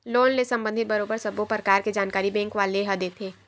loan ले संबंधित बरोबर सब्बो परकार के जानकारी बेंक वाले ह देथे